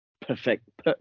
perfect